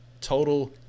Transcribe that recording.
total